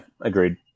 agreed